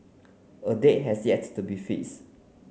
a date has yet to be face